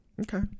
Okay